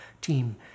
team